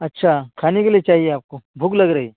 اچھا کھانے کے لیے چاہیے آپ کو بھوک لگ رہی